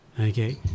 okay